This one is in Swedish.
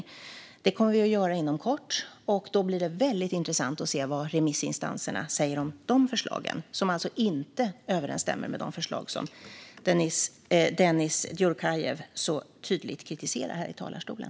Detta kommer att göras inom kort, och det ska bli intressant att se vad remissinstanserna säger om förslagen, som alltså inte överensstämmer med de förslag som Dennis Dioukarev tydligt kritiserar i talarstolen.